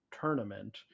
tournament